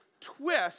twist